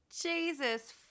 Jesus